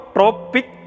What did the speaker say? Tropic